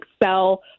excel